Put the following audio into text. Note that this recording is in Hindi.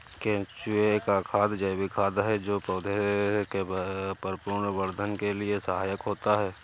केंचुए का खाद जैविक खाद है जो पौधे के संपूर्ण वर्धन के लिए सहायक होता है